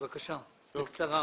בקצרה.